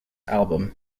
album